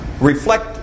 reflect